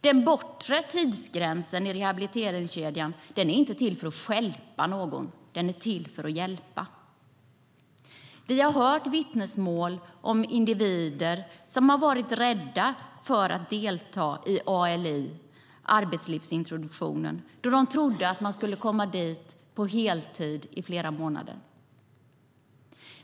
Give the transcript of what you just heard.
Den bortre tidsgränsen i rehabiliteringskedjan är inte till för att stjälpa utan för att hjälpa. Vi har hört vittnesmål om individer som har varit rädda för att delta i ALI, arbetslivsintroduktionen, därför att de har trott att de ska dit på heltid i flera månader.